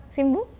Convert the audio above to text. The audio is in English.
Simbu